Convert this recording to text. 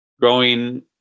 growing